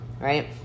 right